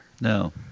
No